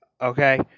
Okay